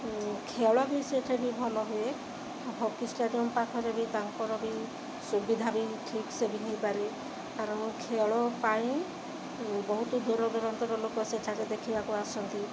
ଖେଳ ବି ସେଠି ବି ଭଲ ହୁଏ ହକି ଷ୍ଟାଡ଼ିୟମ ପାଖରେ ବି ତାଙ୍କର ବି ସୁବିଧା ବି ଠିକ୍ ସେ ବି ହେଇପାରେ କାରଣ ଖେଳ ପାଇଁ ବହୁତ ଦୂର ଦୂରାନ୍ତର ଲୋକ ସେଠାରେ ଦେଖିବାକୁ ଆସନ୍ତି